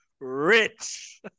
Rich